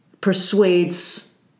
persuades